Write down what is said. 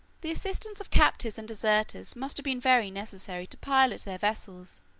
the assistance of captives and deserters must have been very necessary to pilot their vessels,